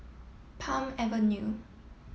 Palm Avenue